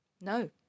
No